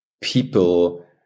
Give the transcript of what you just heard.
people